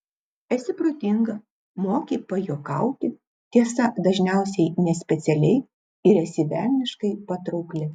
esi protinga moki pajuokauti tiesa dažniausiai nespecialiai ir esi velniškai patraukli